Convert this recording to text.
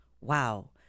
Wow